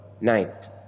night